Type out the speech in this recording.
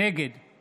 נגד